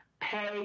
pay